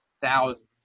thousands